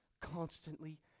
Constantly